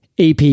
AP